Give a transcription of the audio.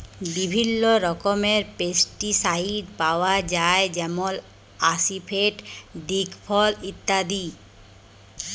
বিভিল্ল্য রকমের পেস্টিসাইড পাউয়া যায় যেমল আসিফেট, দিগফল ইত্যাদি